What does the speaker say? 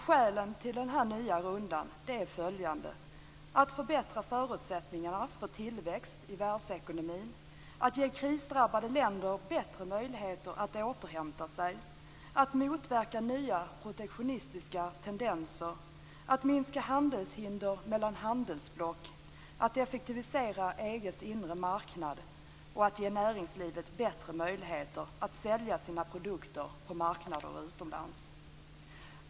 Skälen till den nya rundan är följande: - att förbättra förutsättningarna för tillväxt i världsekonomin - att ge krisdrabbade länder bättre möjligheter att återhämta sig - att motverka nya protektionistiska tendenser - att minska handelshinder mellan handelsblock - att effektivisera EG:s inre marknad - att ge näringslivet bättre möjligheter att sälja sina produkter på marknader utomlands.